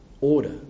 order